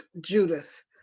Judith